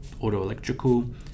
auto-electrical